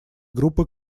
группы